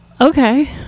Okay